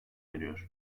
eriyor